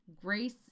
Grace